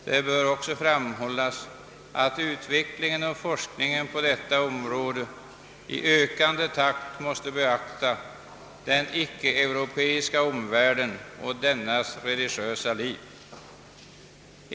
Det bör också framhållas att utvecklingen av forskningen på detta område i ökande takt måste beakta den icke-europeiska omvärlden och dennas religiösa liv.